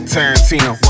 Tarantino